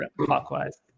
clockwise